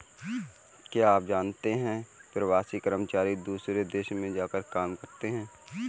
क्या आप जानते है प्रवासी कर्मचारी दूसरे देश में जाकर काम करते है?